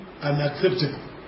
unacceptable